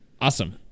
Awesome